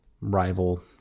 rival